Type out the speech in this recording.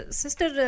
sister